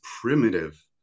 primitive